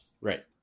right